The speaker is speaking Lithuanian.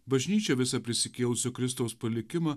bažnyčia visą prisikėlusio kristaus palikimą